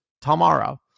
tomorrow